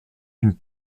une